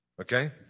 Okay